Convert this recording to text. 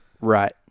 Right